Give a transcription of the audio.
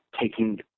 taking